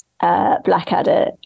Blackadder